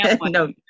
no